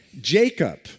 Jacob